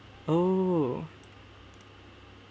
oh